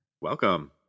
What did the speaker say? welcome